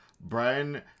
Brian